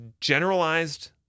generalized